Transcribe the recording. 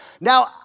Now